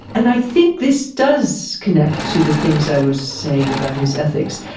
and i think this does connect to the things i was saying about his ethics.